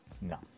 no